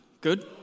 Good